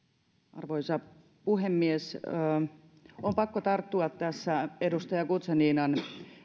arvoisa puhemies on pakko tarttua edustaja guzeninan